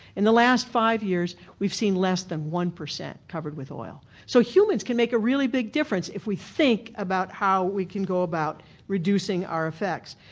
in the last five years we've seen less than one percent covered with oil. so humans can make a really big difference if we think about how we can go about reducing our effects.